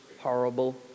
horrible